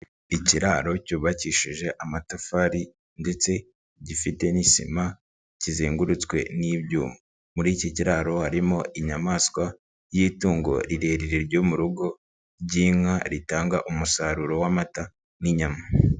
Ikiraro cyubakishije amatafari ndetse gifite n'isima kizengurutswe n'ibyuma, muri iki kiraro harimo inyamaswa y'itungo rirerire ryo mu rugo ry'inka ritanga umusaruro w'amata n'inyama.